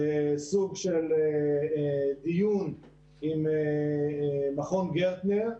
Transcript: לסוג של דיון עם מכון גרטנר,